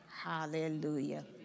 Hallelujah